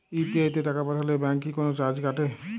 UPI তে টাকা পাঠালে ব্যাংক কি কোনো চার্জ কাটে?